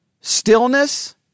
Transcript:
Stillness